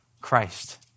christ